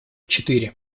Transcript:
четыре